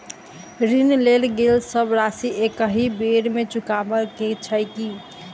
ऋण लेल गेल सब राशि एकहि बेर मे चुकाबऽ केँ छै की?